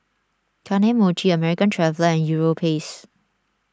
Kane Mochi American Traveller and Europace